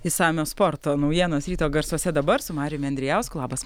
išsamios sporto naujienos ryto garsuose dabar su mariumi andrijausku labas